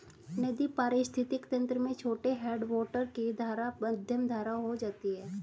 नदी पारिस्थितिक तंत्र में छोटे हैडवाटर की धारा मध्यम धारा हो जाती है